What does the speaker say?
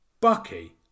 Bucky